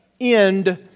end